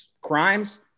crimes